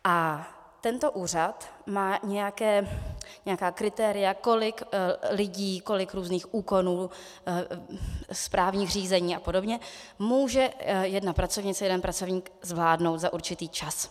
A tento úřad má nějaká kritéria, kolik lidí, kolik různých úkonů, správních řízení a podobně může jedna pracovnice, jeden pracovník zvládnout za určitý čas.